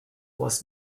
was